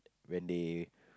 when they